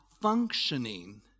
functioning